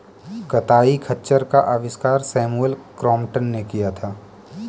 कताई खच्चर का आविष्कार सैमुअल क्रॉम्पटन ने किया था